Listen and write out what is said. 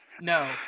no